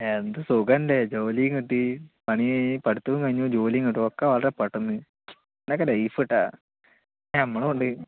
എന്ത് സുഖം അല്ലേ ജോലിയും കിട്ടി പണി കഴിഞ്ഞു പഠിത്തവും കഴിഞ്ഞു ജോലിയും കിട്ടി ഒക്കെ വളരെ പെട്ടെന്ന് നിങ്ങളുടെയൊക്കെയാ ലൈഫ് കേട്ടോ നമ്മളും ഉണ്ട്